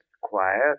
quiet